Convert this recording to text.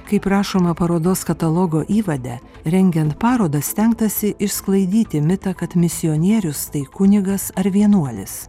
kaip rašoma parodos katalogo įvade rengiant parodą stengtasi išsklaidyti mitą kad misionierius tai kunigas ar vienuolis